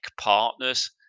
partners